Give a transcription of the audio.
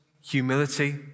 humility